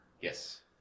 Yes